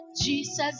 Jesus